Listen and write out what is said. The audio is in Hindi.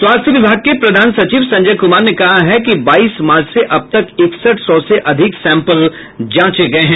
स्वास्थ्य विभाग के प्रधान सचिव संजय कुमार ने कहा है कि बाईस मार्च से अब तक इकसठ सौ से अधिक सैंपल जांचे गये हैं